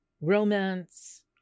romance